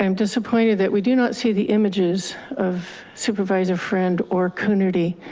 um disappointed that we do not see the images of supervisor friend, or coonerty,